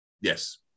Yes